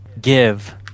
give